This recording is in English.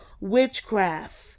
witchcraft